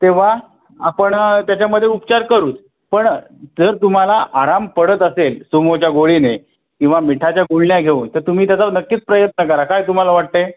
तेव्हा आपण त्याच्यामध्ये उपचार करूच पण जर तुम्हाला आराम पडत असेल सुमोच्या गोळीने किंवा मिठाच्या गुळण्या घेऊन तर तुम्ही त्याचा नक्कीच प्रयत्न करा काय तुम्हाला वाटतं आहे